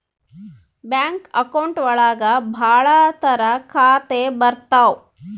bank account ಒಳಗ ಭಾಳ ತರ ಖಾತೆ ಬರ್ತಾವ್